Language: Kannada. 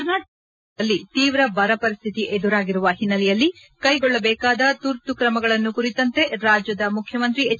ಕರ್ನಾಟಕದ ಬಹುತೇಕ ಜಿಲ್ಲೆಗಳಲ್ಲಿ ತೀವ್ರ ಬರ ಪರಿಸ್ತಿತಿ ಎದುರಾಗಿರುವ ಹಿನ್ನೆಲೆಯಲ್ಲಿ ಕೈಗೊಳ್ಳಬೇಕಾಗಿರುವ ತುರ್ತು ಕ್ರಮಗಳನ್ನು ಕುರಿತಂತೆ ರಾಜ್ಯದ ಮುಖ್ಯಮಂತ್ರಿ ಎಚ್